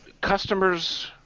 customers